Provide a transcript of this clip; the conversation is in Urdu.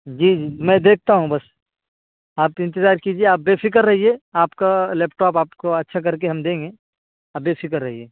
جی جی میں دیکھتا ہوں بس آپ انتظار کیجیے آپ بے فکر رہیے آپ کا لیپ ٹاپ آپ کو اچھا کرکے ہم دیں گے آپ بے فکر رہیے